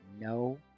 no